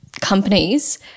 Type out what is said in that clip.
companies